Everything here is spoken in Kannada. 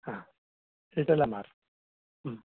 ಹಾಂ ಮಾರು ರೀ ಹ್ಞೂ